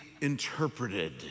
interpreted